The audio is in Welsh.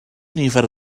nifer